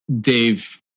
Dave